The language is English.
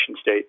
state